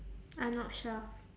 I'm not sure